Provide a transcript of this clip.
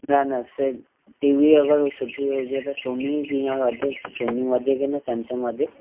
न न सेठ टी वी अगरि सुठी हुजे त सोनी कीअं वधे सोनी वधे की न सैमसंग वधे